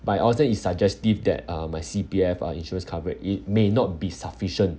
my is suggestive that uh my C_P_F uh insurance coverage it may not be sufficient